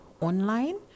online